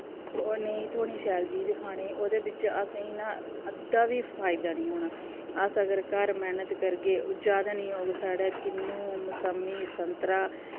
ओह् नेईं थ्होंनी शैल चीज खाने ओह्दे बिच्च असें गी ना अद्धा बी फायदा निं होना अस अगर घर अपनै मैह्नत करगे जैदा निं होग साढ़ै किन्नू मसमी संतरा